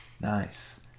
nice